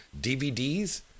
DVDs